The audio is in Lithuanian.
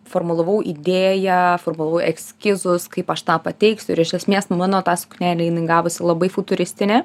formulavau idėją formulavau eskizus kaip aš tą pateiksiu ir iš esmės nu mano tas suknelė jinai gavosi labai futuristinė